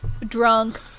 Drunk